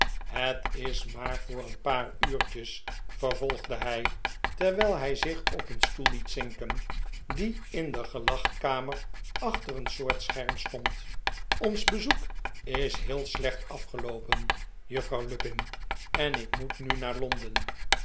het is maar voqr een paar uurtjes vervolgde hij terwijl hij zich op een stoel liet zinken die in de gelagkamer achter een soort scherm stond ons bezoek is heel slecht afgeloopen juffrouw lupin en ik moet nu naar londen